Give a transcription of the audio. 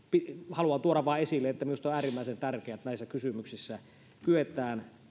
että minusta on äärimmäisen tärkeää että näissä kysymyksissä kyetään